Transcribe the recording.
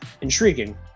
intriguing